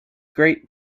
great